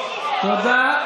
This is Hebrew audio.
תודה.